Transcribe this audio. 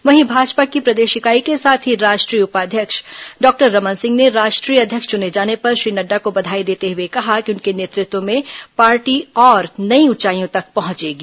वहीं भाजपा की प्रदेश इकाई के साथ ही राष्ट्रीय उपाध्यक्ष डॉक्टर रमन सिंह ने राष्ट्रीय अध्यक्ष चुने जाने पर श्री नड्डा को बधाई देते हुए कहा कि उनके नेतृत्व में पार्टी और नई ऊंचाईयों तक पहुंचेगी